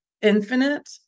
infinite